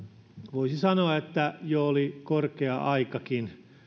voisi sanoa että jo oli korkea aikakin